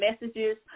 messages